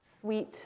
sweet